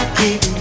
keep